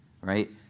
Right